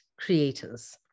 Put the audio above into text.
creators